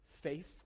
Faith